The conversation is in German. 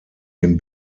dem